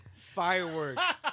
Fireworks